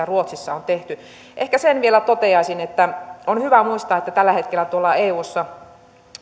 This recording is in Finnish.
ruotsissa on tehty ehkä sen vielä toteaisin että on hyvä muistaa että tällä hetkellä tuolla eussa